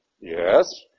Yes